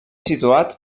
situat